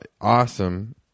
awesome